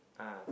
ah